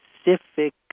specific